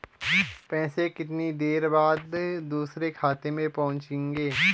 पैसे कितनी देर बाद दूसरे खाते में पहुंचेंगे?